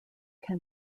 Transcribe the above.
can